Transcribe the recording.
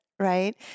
Right